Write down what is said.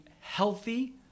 healthy